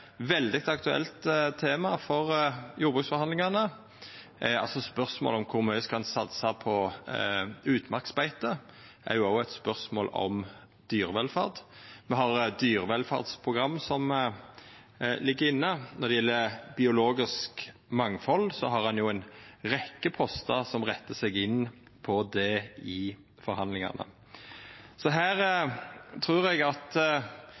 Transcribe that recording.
veldig aktuelt tema for jordbruksforhandlingane. Spørsmålet om kor mykje ein skal satsa på utmarksbeite, er òg eit spørsmål om dyrevelferd. Me har dyrevelferdsprogram som ligg inne. Når det gjeld biologisk mangfald, har ein ei rekkje postar som rettar seg inn på det i forhandlingane. Eg trur at det som representanten Nævra her